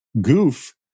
goof